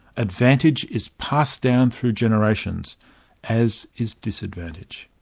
advantage is passed down through generations as is disadvantage.